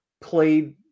played